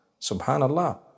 Subhanallah